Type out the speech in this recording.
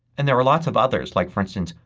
and there are lots of others. like, for instance,